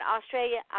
Australia